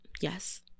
Yes